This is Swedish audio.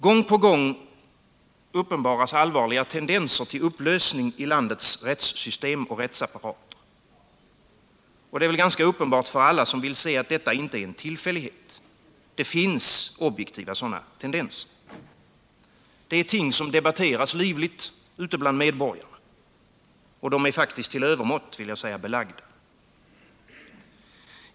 Gång på gång uppenbaras allvarliga tendenser till upplösning i landets rättssystem och rättsapparat. Det är väl uppenbart för alla som vill se, att detta inte är en tillfällighet. Det finns objektiva sådana tendenser. Det är ting som debatteras livligt ute bland medborgarna, och de är, vill jag säga, till övermått belagda.